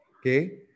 Okay